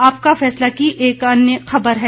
आपका फैसला की एक अन्य खबर है